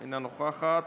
אינה נוכחת,